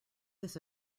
this